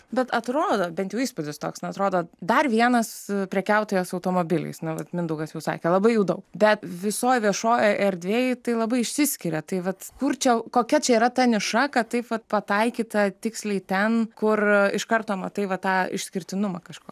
bet atrodo bent jų įspūdis toks na atrodo dar vienas prekiautojas automobiliais nu vat mindaugas jau sakė labai jų daug bet visoj viešojoj erdvėj tai labai išsiskiria tai vat kur čia kokia čia yra ta niša kad taip vat pataikyta tiksliai ten kur iš karto matai va tą išskirtinumą kažkokį